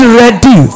ready